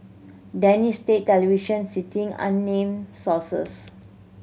Danish state television citing unnamed sources